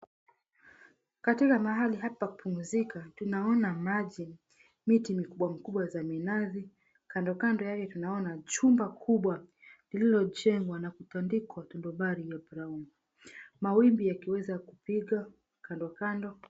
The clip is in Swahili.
Katika mahali hapa pa kupumzika tunaona maji, miti mikubwa mikubwa za minazi, kandokando yake tunaona chumba kubwa lililojengwa na kutandikwa tundo bari ya brown. Mawimbi yakiweza kupiga kandokando.